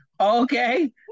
Okay